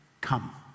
Come